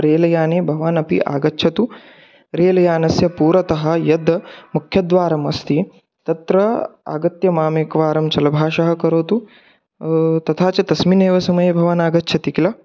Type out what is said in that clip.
rail याने भवानपि आगच्छतु रेल् यानस्य पुरतः यद् मुख्यद्वारम् अस्ति तत्र आगत्य मामेकवारं चलभाषां करोतु तथा च तस्मिन्नेव समये भवान् आगच्छति किल